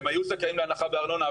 הם היו זכאים להנחה בארנונה,